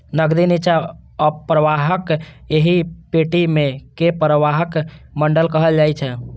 नदीक निच्चा अवप्रवाहक एहि पेटी कें अवप्रवाह मंडल कहल जाइ छै